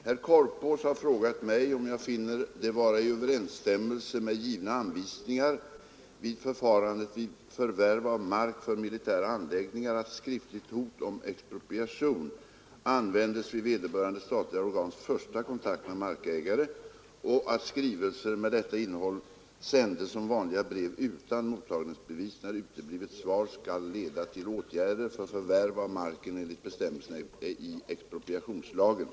Herr talman! Herr Korpås har frågat mig om jag finner det vara i överensstämmelse med givna anvisningar för förfarandet vid förvärv av mark för militära anläggningar att skriftligt hot om expropriation användes vid vederbörande statliga organs första kontakt med markägare och att skrivelser med detta innehåll sändes som vanliga brev utan mottagningsbevis när uteblivet svar skall leda till åtgärder för förvärv av marken enligt bestämmelserna i expropriationslagen.